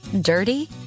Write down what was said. dirty